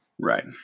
Right